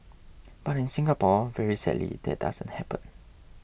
but in Singapore very sadly that doesn't happen